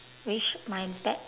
which my dad